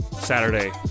saturday